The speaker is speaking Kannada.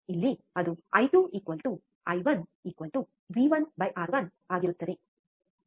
ಇಲ್ಲಿ ಅದು ಐ2 ಐ1ವಿ1ಆರ್1 I2 I1 V1 R1 ಆಗಿರುತ್ತದೆ